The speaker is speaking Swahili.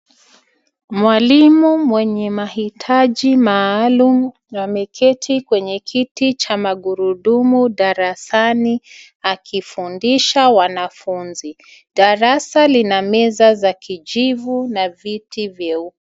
Mwalimu mwenye mahitaji maalum ameketi kwenye kiti cha magurudumu darasni akifundisha wanafunzi. Darasa lina meza la kijivu na viti vyeupe.